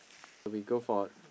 we go for